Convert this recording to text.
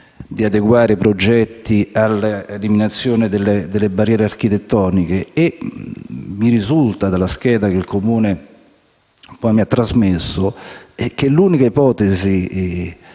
di adeguare i progetti all'eliminazione delle barriere architettoniche e mi risulta dalla scheda del Comune che poi mi ha trasmesso che l'unica ipotesi